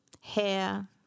hair